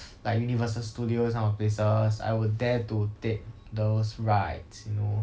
like universal studios these kind of places I would dare to take those rides you know